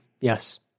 Yes